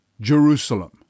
Jerusalem